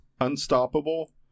Unstoppable